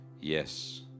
yes